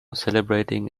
celebrating